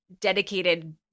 dedicated